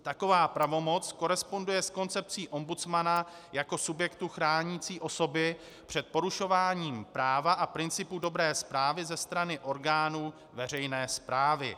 Taková pravomoc koresponduje s koncepcí ombudsmana jako subjektu chránícího osoby před porušováním práva a principu dobré správy ze strany orgánů veřejné správy.